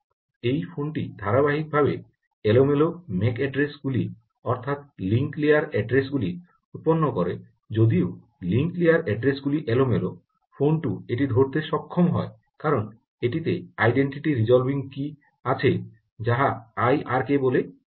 এই ফোনটি ধারাবাহিকভাবে এলোমেলো ম্যাক অ্যাড্রেস গুলি অর্থাৎ লিঙ্ক লেয়ার অ্যাড্রেস গুলি উত্পন্ন করে যদিও লিঙ্ক লেয়ার অ্যাড্রেস গুলি এলোমেলো ফোন 2 এটি ধরতে সক্ষম হয় কারণ এটিতে আইডেন্টিটি রিজলভিং কী আছে যাহা আই আর কে বলে পরিচিত